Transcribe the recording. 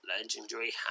legendary